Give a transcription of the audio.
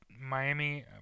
Miami